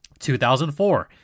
2004